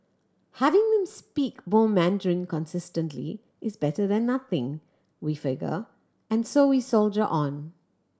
having them speak some Mandarin consistently is better than nothing we figure and so we soldier on